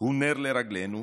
הוא נר לרגלינו,